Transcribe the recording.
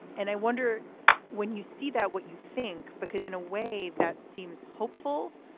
and i wonder when you see that what you think. because in a way that seems hopeful.